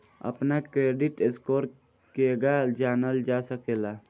अपना credit score केगा जानल जा सकेला?